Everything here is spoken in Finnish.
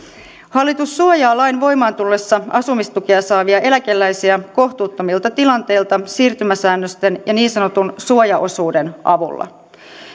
hallitus suojaa lain voimaantullessa asumistukea saavia eläkeläisiä kohtuuttomilta tilanteilta siirtymäsäännösten ja niin sanotun suojaosuuden avulla